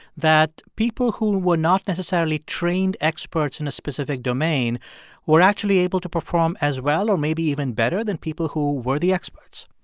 that people who were not necessarily trained experts in a specific domain were actually able to perform as well or maybe even better than people who were the experts